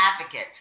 advocate